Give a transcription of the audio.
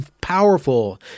powerful